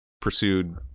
pursued